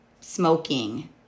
smoking